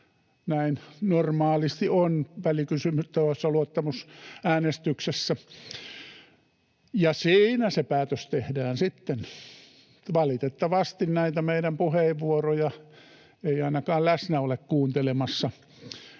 näin normaalisti on luottamusäänestyksessä, ja siinä se päätös sitten tehdään. Valitettavasti näitä meidän puheenvuoroja eivät — ainakaan läsnä — ole kuuntelemassa